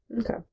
Okay